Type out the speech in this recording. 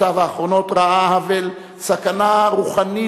בשנותיו האחרונות ראה האוול סכנה רוחנית